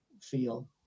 feel